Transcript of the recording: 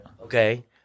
Okay